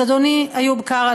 אז אדוני איוב קרא,